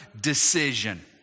decision